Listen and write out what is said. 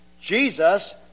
Jesus